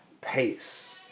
pace